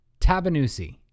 Tabanusi